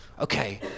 Okay